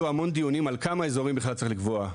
המון דיונים לכמה אזורים צריך בכלל לקבוע,